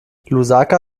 lusaka